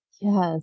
Yes